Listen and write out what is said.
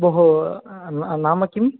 भोः ना नाम किम्